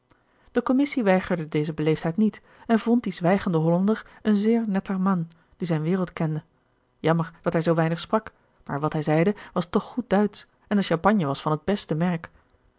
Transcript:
de commissie weigerde deze beleefdheid niet en vond dien zwijgenden hollander een zeer netter mann die zijn wereld kende jammer dat hij zoo weinig sprak maar wat hij zeide was toch goed duitsch en de champagne was van het beste merk